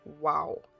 wow